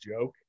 joke